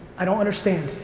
i don't understand.